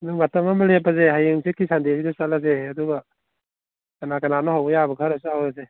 ꯎꯝ ꯃꯇꯝ ꯑꯃ ꯂꯦꯞꯄꯁꯦ ꯍꯌꯦꯡ ꯍꯪꯆꯤꯠꯀꯤ ꯁꯟꯗꯦꯁꯤꯗ ꯆꯠꯂꯁꯦ ꯑꯗꯨꯒ ꯀꯅꯥ ꯀꯥꯅꯅꯣ ꯍꯧꯕ ꯌꯥꯕ ꯈꯔꯁꯨ ꯍꯧꯔꯁꯦ